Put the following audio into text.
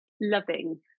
loving